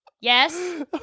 Yes